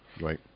Right